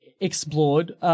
explored